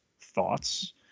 thoughts